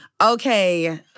Okay